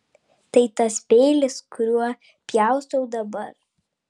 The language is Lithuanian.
tai tas peilis kuriuo pjaustau dabar